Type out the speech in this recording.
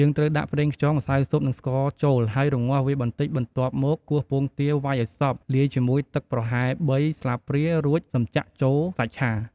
យើងត្រូវដាក់ប្រេងខ្យង ម្សៅស៊ុប និងស្ករចូល ហើយរម្ងាស់វាបន្តិច បន្ទាប់មកគោះពងទាវ៉ៃឱ្យសព្វ លាយជាមួយទឹកប្រហែល ៣ ស្លាព្រា រួចសិមចាក់ចូលសាច់ឆា។